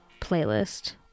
playlist